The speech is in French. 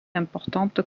importantes